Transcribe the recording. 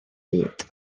byd